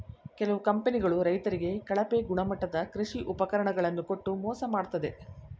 ಕೆಲವು ಕಂಪನಿಗಳು ರೈತರಿಗೆ ಕಳಪೆ ಗುಣಮಟ್ಟದ ಕೃಷಿ ಉಪಕರಣ ಗಳನ್ನು ಕೊಟ್ಟು ಮೋಸ ಮಾಡತ್ತದೆ